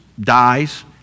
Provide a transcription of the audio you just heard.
dies